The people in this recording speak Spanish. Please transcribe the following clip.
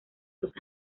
sus